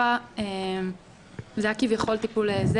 זה היה כביכול טיפול.